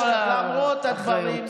למרות הדברים,